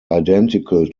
identical